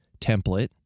template